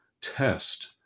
test